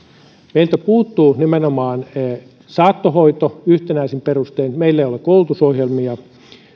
meiltä puuttuu nimenomaan saattohoito yhtenäisin perustein meillä ei ole koulutusohjelmia